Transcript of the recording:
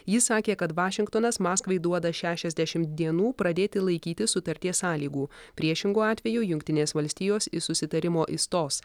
jis sakė kad vašingtonas maskvai duoda šešiasdešimt dienų pradėti laikytis sutarties sąlygų priešingu atveju jungtinės valstijos iš susitarimo išstos